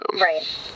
right